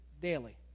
daily